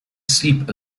sleep